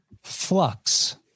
flux